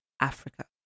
Africa